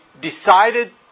decided